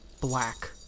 black